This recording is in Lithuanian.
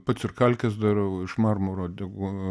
pats ir kalkes darau iš marmuro degu